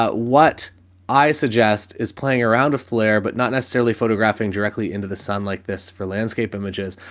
ah what i suggest is playing around a flare but not necessarily photographing directly into the sun like this for landscape images.